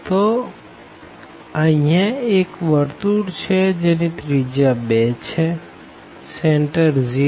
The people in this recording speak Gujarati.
તો અહિયાં એક વર્તુર છે જેની રેડીઅસ 2 છે સેન્ટર 0